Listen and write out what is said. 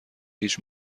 هیچ